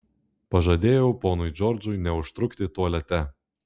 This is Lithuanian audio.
pažadėjau ponui džordžui neužtrukti tualete